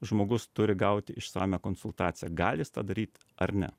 žmogus turi gauti išsamią konsultaciją gali jis tą daryti ar ne